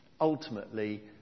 ultimately